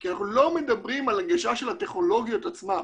כי אנחנו לא מדברים על הנגשה של הטכנולוגיה עצמה,